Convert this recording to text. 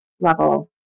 level